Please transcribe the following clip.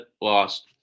lost